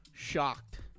shocked